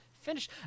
finish